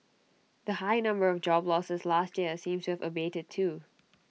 the high number of job losses last year seems to have abated too